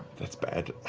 that's bad.